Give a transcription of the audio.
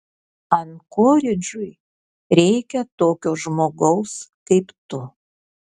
ankoridžui reikia tokio žmogaus kaip tu